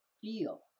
Feel